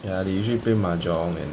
ya they usually play mahjong and